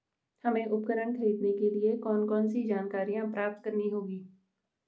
हमें उपकरण खरीदने के लिए कौन कौन सी जानकारियां प्राप्त करनी होगी?